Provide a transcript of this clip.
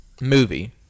movie